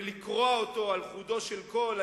בלקרוע אותו על חודו של קול,